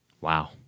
Wow